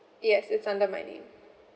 yes it's under my name